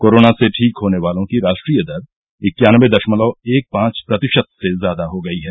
corona से ठीक होने वालों की राष्ट्रीय दर इक्यानबे दशमलव एक पांच प्रतिशत से ज्यादा हो गई है